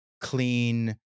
clean